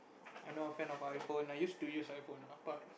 I'm not a fan of I phone I used to use I phone ah but